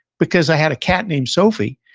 because i had a cat named sophie.